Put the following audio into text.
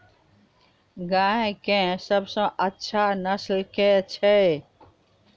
गाय केँ सबसँ अच्छा नस्ल केँ छैय?